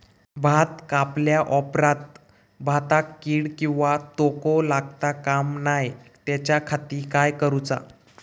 भात कापल्या ऑप्रात भाताक कीड किंवा तोको लगता काम नाय त्याच्या खाती काय करुचा?